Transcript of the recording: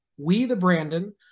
WeTheBrandon